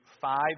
five